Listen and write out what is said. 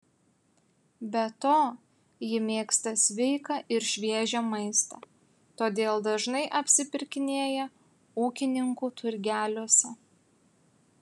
be to ji mėgsta sveiką ir šviežią maistą todėl dažnai apsipirkinėja ūkininkų turgeliuose